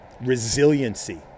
resiliency